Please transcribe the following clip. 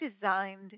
designed